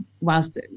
Whilst